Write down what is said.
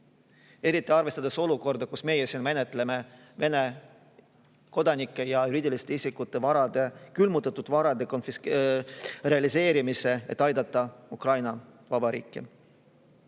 Eriti arvestades olukorda, kus meie siin menetleme Venemaa kodanike ja juriidiliste isikute külmutatud varade realiseerimist, et aidata Ukraina Vabariiki.